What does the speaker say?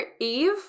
Eve